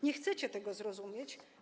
Nie chcecie tego zrozumieć.